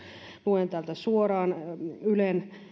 luen täältä suoraan ylen